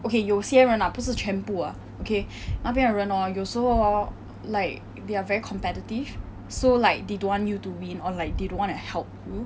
okay 有些人 lah 不是全部 ah okay 那边的人 hor 有时候 hor like they're very competitive so like they don't want you to win or like they don't want to help